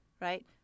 right